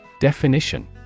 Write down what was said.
Definition